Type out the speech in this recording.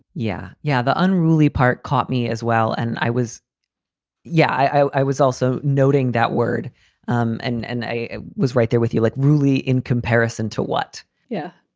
yeah, yeah. the unruly part caught me as well. and i was yeah, i i was also noting that word um and and i was right there with you. like ruly in comparison to what yeah,